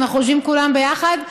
כשאנחנו יושבים כולנו יחד,